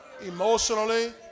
emotionally